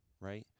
Right